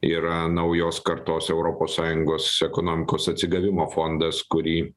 yra naujos kartos europos sąjungos ekonomikos atsigavimo fondas kurį